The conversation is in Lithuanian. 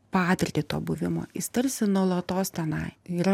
patirtį to buvimo jis tarsi nuolatos tenai yra